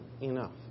enough